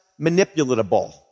manipulatable